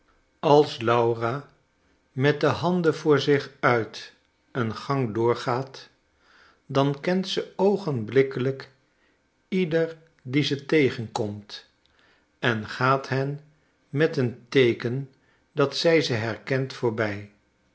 als laura met de handen voor zich uit een gang doorgaat dan kent ze oogenblikkelijk ieder dien ze tegenkomt en gaat hen met een teeken dat zij ze herkent voorbij